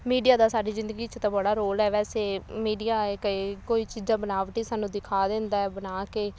media ਦਾ ਸਾਡੀ ਜ਼ਿੰਦਗੀ 'ਚ ਤਾਂ ਬੜਾ ਰੋਲ ਹੈ ਵੈਸੇ ਮੀਡੀਆ ਆਏ ਗਏ ਕੋਈ ਚੀਜ਼ਾਂ ਬਨਾਵਟੀ ਸਾਨੂੰ ਦਿਖਾ ਦਿੰਦਾ ਬਣਾ ਕੇ